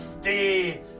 stay